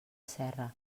serra